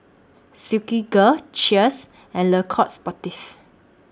Silkygirl Cheers and Le Coq Sportif